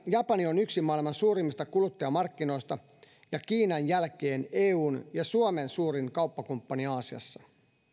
japani on yksi maailman suurimmista kuluttajamarkkinoista ja kiinan jälkeen eun ja suomen suurin kauppakumppani aasiassa